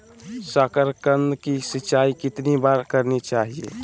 साकारकंद की सिंचाई कितनी बार करनी चाहिए?